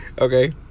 okay